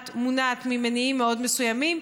מונעת ממניעים מאוד מסוימים,